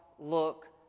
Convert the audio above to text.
Look